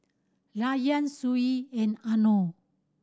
Rayyan Shuib and Anuar